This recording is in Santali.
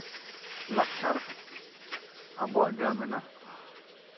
ᱞᱟᱠᱪᱟᱨ ᱟᱵᱚᱣᱟᱜ ᱡᱟ ᱢᱮᱱᱟᱜ